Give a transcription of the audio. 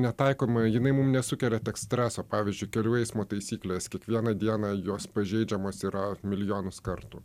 netaikoma jinai mum nesukelia tiek streso pavyzdžiui kelių eismo taisyklės kiekvieną dieną jos pažeidžiamos yra milijonus kartų